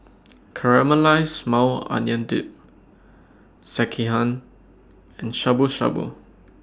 Caramelized Maui Onion Dip Sekihan and Shabu Shabu